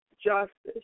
justice